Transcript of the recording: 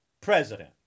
President